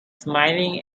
smiling